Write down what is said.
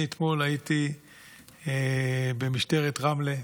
אתמול הייתי במשטרת רמלה.